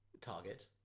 target